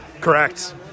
Correct